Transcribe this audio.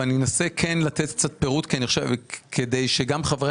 אבל אני כן מנסה לתת קצת פירוט כדי שגם חברי